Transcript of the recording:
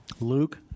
Luke